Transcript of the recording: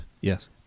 yes